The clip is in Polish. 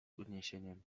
uniesieniem